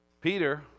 Peter